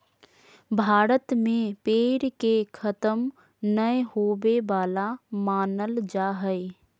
भारत में पेड़ के खतम नय होवे वाला मानल जा हइ